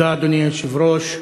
אדוני היושב-ראש,